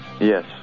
yes